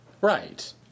Right